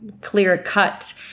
clear-cut